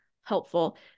helpful